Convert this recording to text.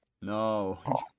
No